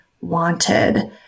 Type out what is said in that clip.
wanted